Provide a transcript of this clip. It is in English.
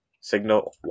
Signal